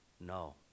No